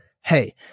Hey